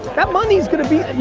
that money's gonna be,